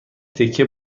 تکه